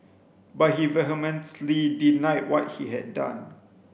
but he vehemently denied what he had done